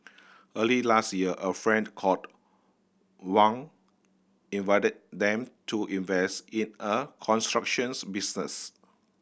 early last year a friend called Wang invited them to invest in a constructions business